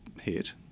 hit